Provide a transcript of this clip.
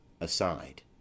aside